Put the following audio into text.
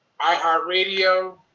iHeartRadio